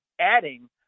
adding